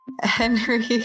henry